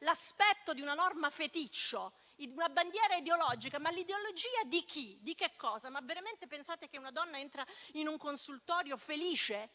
l'aspetto di una norma feticcio, di una bandiera ideologica. Ma l'ideologia di chi, di che cosa? Ma veramente pensate che una donna entra in un consultorio felice,